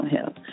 health